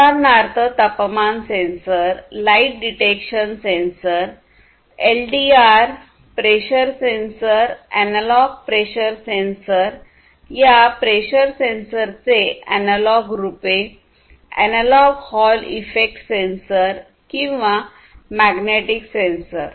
उदाहरणार्थ तापमान sensor light detection sensor LDR pressure sensor analog pressure sensor या pressure सेन्सरचे अॅनालॉग रूपे एनालॉग हॉल इफेक्ट सेन्सर किंवा मॅग्नेटिक सेन्सर